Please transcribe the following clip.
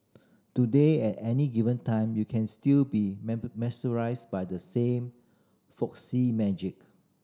today at any given time you can still be mesmerised by the same folksy magic